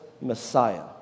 Messiah